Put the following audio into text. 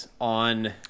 On